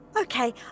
Okay